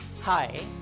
Hi